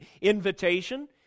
invitation